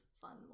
fun